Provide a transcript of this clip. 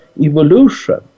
evolution